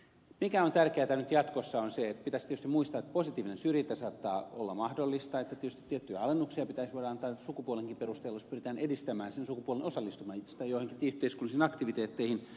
mikä on tärkeätä nyt jatkossa on se että pitäisi tietysti muistaa että positiivinen syrjintä saattaa olla mahdollista että tietysti tiettyjä alennuksia pitäisi voida antaa sukupuolenkin perusteella jos pyritään edistämään sen sukupuolen osallistumista joihinkin yhteiskunnallisiin aktiviteetteihin